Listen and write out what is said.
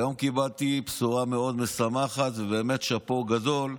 היום קיבלתי בשורה מאוד משמחת, ובאמת שאפו גדול.